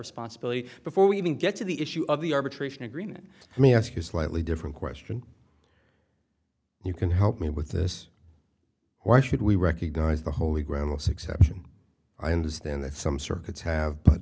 responsibility before we even get to the issue of the arbitration agreement me ask you slightly different question you can help me with this why should we recognize the holy groundless exception i understand that some